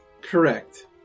correct